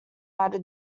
had